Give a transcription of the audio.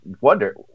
wonder